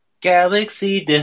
Galaxy